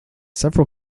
several